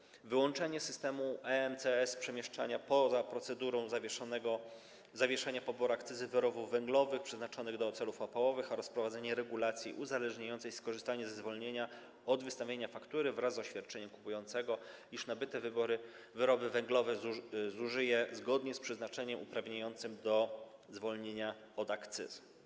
Mamy tu też wyłączenie z systemu EMCS przemieszczania poza procedurą zawieszenia poboru akcyzy wyrobów węglowych przeznaczonych do celów opałowych oraz wprowadzenie regulacji uzależniającej skorzystanie ze zwolnienia od wystawienia faktury wraz z oświadczeniem kupującego, iż nabyte wyroby węglowe zużyje zgodnie z przeznaczeniem uprawniającym do zwolnienia od akcyzy.